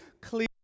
clear